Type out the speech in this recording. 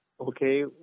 Okay